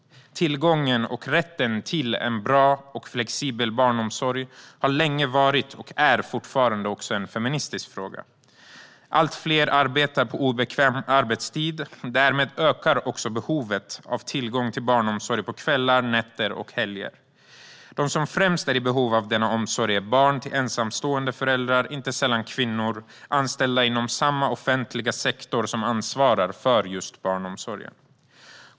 Tillgången och rätten till en bra och flexibel barnomsorg har länge varit och är fortfarande också en feministisk fråga. Allt fler arbetar på obekväm arbetstid. Därmed ökar behovet av tillgång till barnomsorg på kvällar, nätter och helger. De som främst är i behov av denna omsorg är barn till ensamstående föräldrar, inte sällan kvinnor, anställda inom samma offentliga sektor som ansvarar för just barnomsorgen.